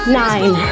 nine